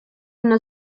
una